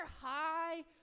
high